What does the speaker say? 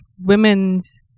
women's